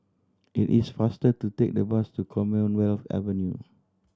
it is faster to take the bus to Commonwealth Avenue